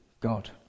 God